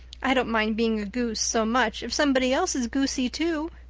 i don't mind being a goose so much if somebody else is goosey, too.